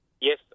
Yes